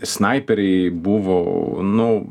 snaiperiai buvo nu